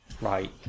right